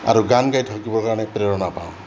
আৰু গান গাই থাকিবৰ কাৰণে প্ৰেৰণা পাওঁ